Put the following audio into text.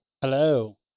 Hello